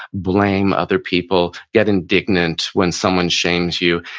blame other people, get indignant when someone shames you,